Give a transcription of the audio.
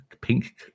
pink